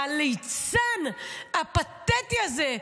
הליצן הפתטי הזה,